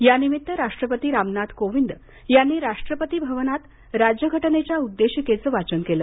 या निमित्त राष्ट्रपती रामनाथ कोविंद यांनी राष्ट्रपती भवनात राज्यघटनेच्या उद्देशिकेचं वाचन केलं